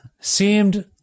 seemed